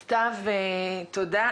סתיו, תודה.